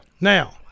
Now